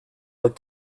like